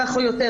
מעט או הרבה,